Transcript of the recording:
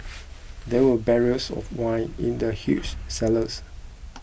there were barrels of wine in the huge cellars